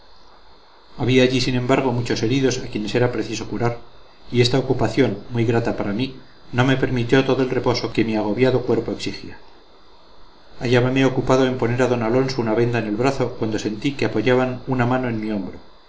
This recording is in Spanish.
había allí sin embargo muchos heridos a quienes era preciso curar y esta ocupación muy grata para mí no me permitió todo el reposo que mi agobiado cuerpo exigía hallábame ocupado en poner a d alonso una venda en el brazo cuando sentí que apoyaban una mano en mi hombro